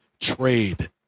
trade